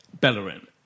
Bellerin